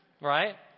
right